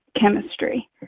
chemistry